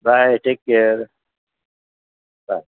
bye take care bye